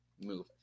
move